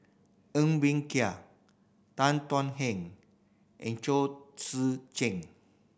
Ng Bee Kia Tan Thuan Heng and Chao Tzee Cheng